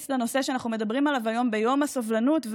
לנושא שאנחנו מדברים עליו היום ביום הסובלנות.